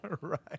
Right